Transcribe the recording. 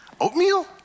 oatmeal